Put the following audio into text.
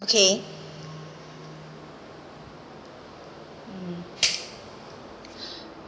kay